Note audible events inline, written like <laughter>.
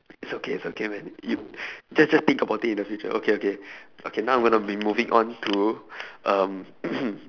it's okay it's okay man you <breath> just just think about it in the future <breath> okay okay okay now I'm going to be moving on to um <coughs>